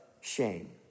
shame